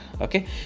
okay